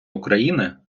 україни